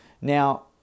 Now